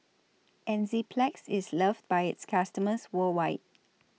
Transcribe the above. Enzyplex IS loved By its customers worldwide